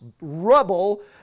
rubble